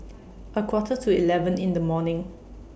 A Quarter to eleven in The morning